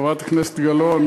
חברת הכנסת גלאון,